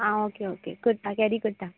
आं okay okay करता केरी करता